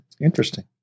Interesting